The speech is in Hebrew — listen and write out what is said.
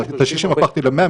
את ה-60% הפכתי ל-100%,